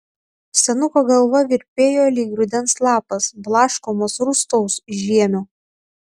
senuko galva virpėjo lyg rudens lapas blaškomas rūstaus žiemio